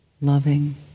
loving